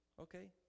okay